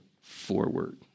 forward